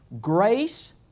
Grace